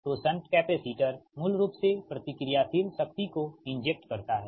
तो shunt capacitor मूल रूप से प्रतिक्रियाशील शक्ति को इंजेक्ट करता है